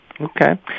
Okay